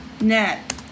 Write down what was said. net